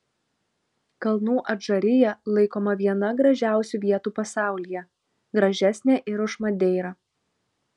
kalnų adžarija laikoma viena gražiausių vietų pasaulyje gražesnė ir už madeirą